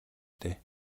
дээ